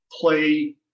play